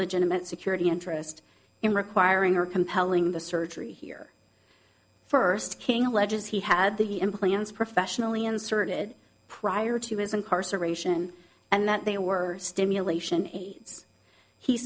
legitimate security interest in requiring or compelling the surgery here first king alleges he had the implants professionally inserted prior to his incarceration and that they were stimulation he